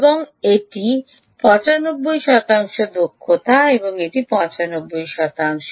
এবং এটি 75 শতাংশ দক্ষতা এটি 75 শতাংশ